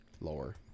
lower